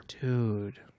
dude